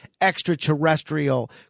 extraterrestrial